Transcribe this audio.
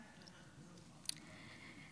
ברוכים הבאים.),